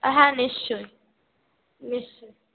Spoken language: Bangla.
হ্যাঁ নিশ্চয়ই নিশ্চয়ই